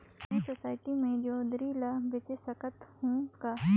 मैं सोसायटी मे जोंदरी ला बेच सकत हो का?